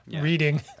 reading